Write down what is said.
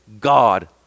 God